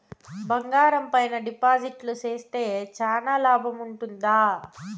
బంగారం పైన డిపాజిట్లు సేస్తే చానా లాభం ఉంటుందా?